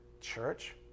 church